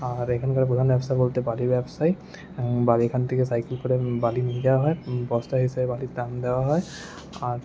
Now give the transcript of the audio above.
আর এখানকার প্রধান ব্যবসা বলতে বালির ব্যবসাই বালি এখান থেকে সাইকেল করে বালি নিয়ে যাওয়া হয় বস্তা হিসেবে বালির দাম দেওয়া হয় আর